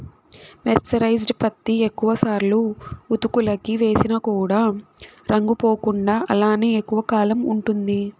mercerised పత్తి ఎక్కువ సార్లు ఉతుకులకి వేసిన కూడా రంగు పోకుండా అలానే ఎక్కువ కాలం ఉంటుంది